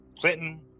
Clinton